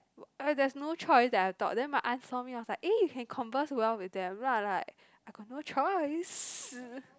ah there's no choice that I thought then my aunt saw me I was like eh you can converse well with them then I like I got no choice